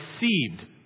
received